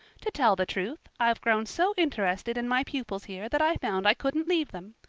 to tell the truth, i've grown so interested in my pupils here that i found i couldn't leave them.